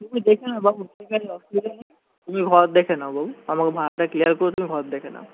তুমি দেখে নাও বাবু ঠিক আছে অসুবিদা নেই তুমি ঘর দেখে নাও বাবু আমাকে ভাড়াটা ক্লিয়ার করে তুমি ঘর দেখে নাও